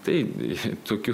taip tokių